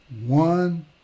one